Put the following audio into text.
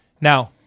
Now